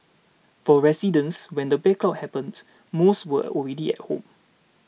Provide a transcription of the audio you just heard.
for residents when the blackout happened most were already at home